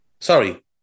Sorry